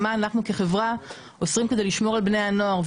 מה אנחנו כחברה עושים כדי לשמור על בני הנוער?